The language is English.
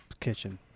kitchen